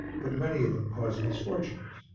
but many of them cause misfortunes.